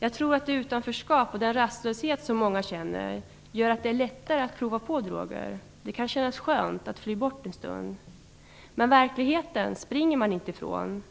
Jag tror att utanförskap och den rastlöshet som många känner gör att det är lättare att prova på droger. Det kan kännas skönt att fly bort en stund. Men verkligheten springer man inte ifrån.